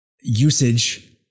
usage